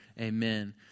Amen